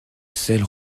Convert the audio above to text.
sels